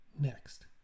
next